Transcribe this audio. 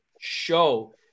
show